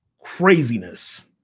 craziness